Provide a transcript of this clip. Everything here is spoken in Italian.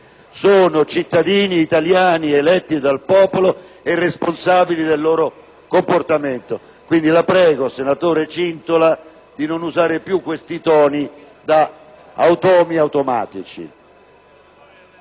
sono cittadini italiani eletti dal popolo e responsabili del loro comportamento. Quindi, la prego, senatore Cintola, di non usare più questi riferimenti ad automi automatici.